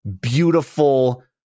beautiful